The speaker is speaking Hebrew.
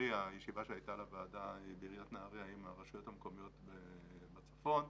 נהריה עם הרשויות המקומיות בצפון.